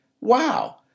Wow